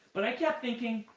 but i kept thinking,